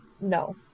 No